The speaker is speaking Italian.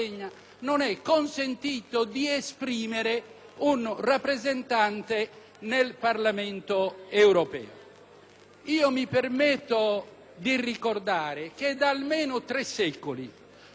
Mi permetto di ricordare che da almeno tre secoli, tutte le leggi elettorali hanno fatto valere quello che nella tradizione anglosassone